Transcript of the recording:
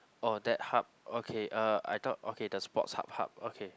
oh that hub okay uh I thought okay the sports hub hub okay